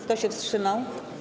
Kto się wstrzymał?